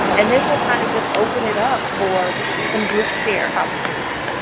and then we'll kind of just open it up for some group share opportunities.